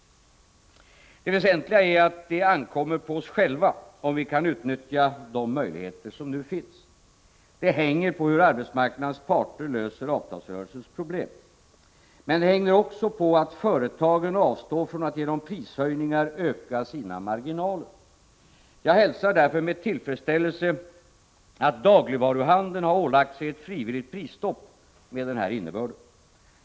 Det väsentliga är att det ankommer på oss själva om vi kan utnyttja de möjligheter som nu finns. Det hänger på hur arbetsmarknadens parter löser avtalsrörelsens problem. Men det hänger också på att företagen avstår från att genom prishöjningar öka sina marginaler. Jag hälsar därför med tillfredsställelse att dagligvaruhandeln ålagt sig ett frivilligt prisstopp med denna innebörd.